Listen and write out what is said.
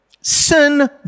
sin